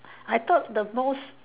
I thought the most